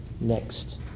next